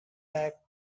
back